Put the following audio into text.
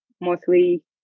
mostly